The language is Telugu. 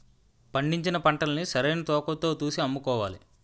పండించిన పంటల్ని సరైన తూకవతో తూసి అమ్ముకోవాలి